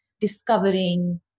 discovering